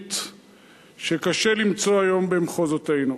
ציבורית שקשה למצוא היום במחוזותינו,